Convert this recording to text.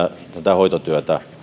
hoitotyötä